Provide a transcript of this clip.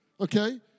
okay